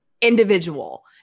individual